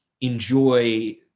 enjoy